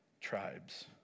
tribes